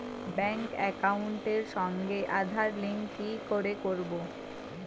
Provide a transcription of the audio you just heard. Bank একাউন্টের সঙ্গে Aadhaar link কি করে করবো?